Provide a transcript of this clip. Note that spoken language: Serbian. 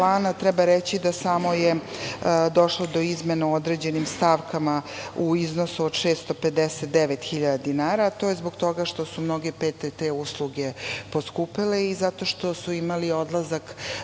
treba reći da je samo došlo do izmena u određenim stavkama u iznosu od 659 hiljada dinara, to je zbog toga što su mnoge PTT usluge poskupele i zato što su imali odlazak